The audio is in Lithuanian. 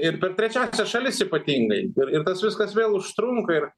ir per trečiąsias šalis ypatingai ir ir tas viskas vėl užtrunka ir